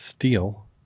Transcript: Steel